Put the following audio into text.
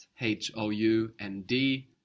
H-O-U-N-D